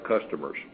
customers